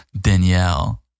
Danielle